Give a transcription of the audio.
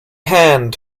hand